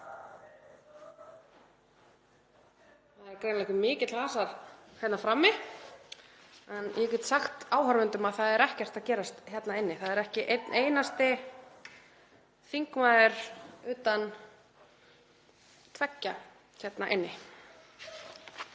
Það er greinilega mikill hasar þarna frammi en ég get sagt áhorfendum að það er ekkert að gerast hér inni. Það er ekki einn einasti þingmaður utan tveggja hér inni.